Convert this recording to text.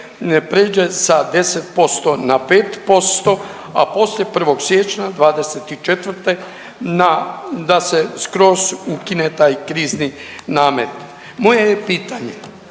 pređe sa 10% na 5%, a poslije 1. siječnja '24. na, da se skroz ukine taj krizni namet. Moje je pitanje